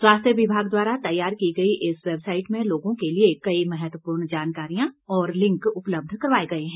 स्वास्थ्य विभाग द्वारा तैयार की गई इस वेबसाइट में लोगों के लिये कई महत्वपूर्ण जानकारियां और लिंक उपलब्ध करवाए गए हैं